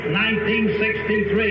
1963